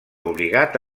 obligat